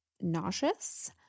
nauseous